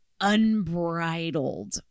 unbridled